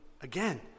again